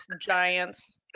giants